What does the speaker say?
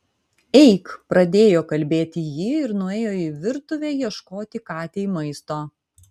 eik pradėjo kalbėti ji ir nuėjo į virtuvę ieškoti katei maisto